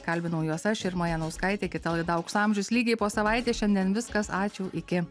kalbinau jos aš irma janauskaitė kita laida aukso amžius lygiai po savaitės šiandien viskas ačiū iki